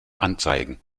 anzeigen